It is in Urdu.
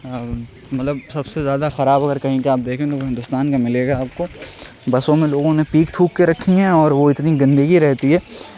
مطلب سب سے زیادہ خراب اگر کہیں کا آپ دیکھیں تو وہ ہندوستان میں ملے گا آپ کو بسوں میں لوگوں نے پیک تھوک کے رکھی ہیں اور وہ اتنی گندگی رہتی ہے